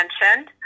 mentioned